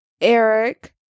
Eric